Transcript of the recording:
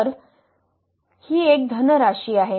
तर ही एक धन राशी आहे